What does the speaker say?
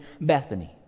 Bethany